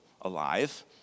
alive